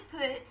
put